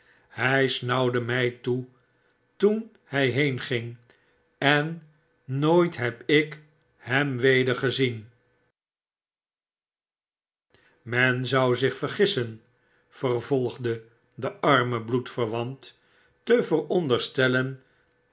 hy snauwde my toe toen h j heenging en nooit heb ik hem wedergezien men zou zich vergissen vervolgde de arme bloedverwant te veronderstellen